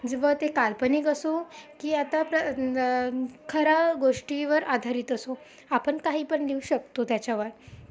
जेव्हा ते काल्पनिक असो की आता आपल्या खऱ्या गोष्टीवर आधारित असो आपण काहीपण लिहू शकतो त्याच्यावर